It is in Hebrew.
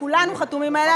שכולנו חתומים עליה,